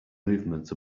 movement